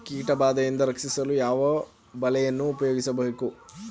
ಕೀಟಬಾದೆಯಿಂದ ರಕ್ಷಿಸಲು ಯಾವ ಬಲೆಯನ್ನು ಉಪಯೋಗಿಸಬೇಕು?